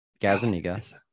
Gazaniga